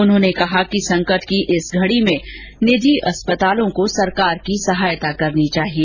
मुख्यमंत्री ने कहा कि संकट की इस घड़ी में निजी अस्पतालों को सरकार की सहायता करनी चाहिए